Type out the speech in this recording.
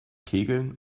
kegeln